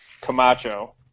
Camacho